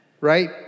right